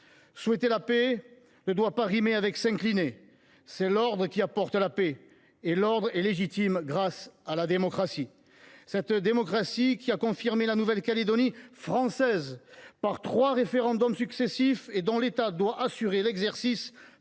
Souhaiter la paix ne doit pas rimer avec s’incliner. C’est l’ordre qui apporte la paix, et l’ordre est légitime grâce à la démocratie. Cette démocratie a confirmé la Nouvelle Calédonie comme française par trois référendums successifs. L’État doit en assurer l’exercice